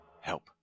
help